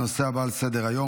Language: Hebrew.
הנושא הבא על סדר-היום,